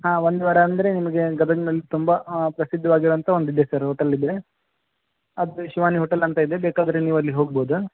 ಹಾಂ ಒಂದು ವಾರ ಅಂದರೆ ನಿಮಗೆ ಗದಗ್ನಲ್ಲಿ ತುಂಬ ಪ್ರಸಿದ್ಧವಾಗಿರುವಂಥ ಒಂದು ಇದೆ ಸರ್ ಹೋಟೆಲ್ ಇದೆ ಅದು ಶಿವಾನಿ ಹೋಟೆಲ್ ಅಂತ ಇದೆ ಬೇಕಾದರೆ ನೀವು ಅಲ್ಲಿಗೆ ಹೋಗ್ಬೋದು